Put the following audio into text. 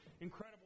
incredible